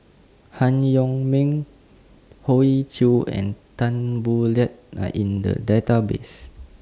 Han Yong May Hoey Choo and Tan Boo Liat Are in The Database